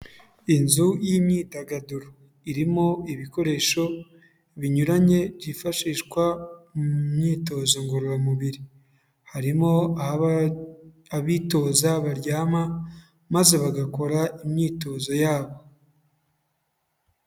Inzu y'imyidagaduro, irimo ibikoresho binyuranye byifashishwa mu myitozo ngororamubiri, harimo aho abitoza baryama, maze bagakora imyitozo yabo.